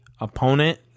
opponent